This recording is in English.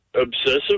Obsessive